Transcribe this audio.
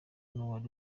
n’uwari